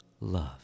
love